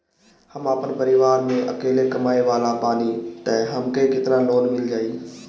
हम आपन परिवार म अकेले कमाए वाला बानीं त हमके केतना लोन मिल जाई?